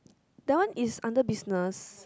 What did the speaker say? that one is under business